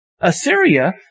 Assyria